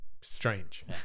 Strange